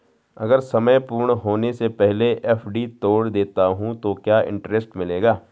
अगर समय पूर्ण होने से पहले एफ.डी तोड़ देता हूँ तो क्या इंट्रेस्ट मिलेगा?